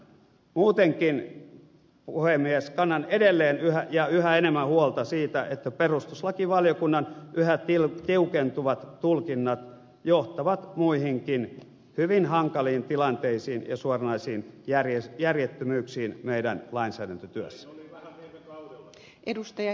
muutenkin puhemies kannan edelleen ja yhä enemmän huolta siitä että perustuslakivaliokunnan yhä tiukentuvat tulkinnat johtavat muihinkin hyvin hankaliin tilanteisiin ja suoranaisiin järjettömyyksiin meidän lainsäädäntötyössä